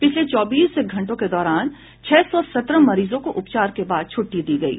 पिछले चौबीस घंटों के दौरान छह सौ सत्रह मरीजों को उपचार के बाद छुट्टी दी गयी